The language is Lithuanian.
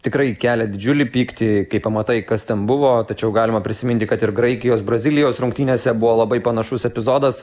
tikrai kelia didžiulį pyktį kai pamatai kas ten buvo tačiau galima prisiminti kad ir graikijos brazilijos rungtynėse buvo labai panašus epizodas